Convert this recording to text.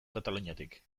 kataluniatik